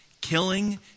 killing